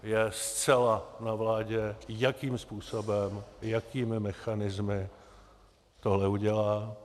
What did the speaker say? Je zcela na vládě, jakým způsobem, jakými mechanismy tohle udělá.